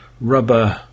rubber